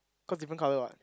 cause different colour what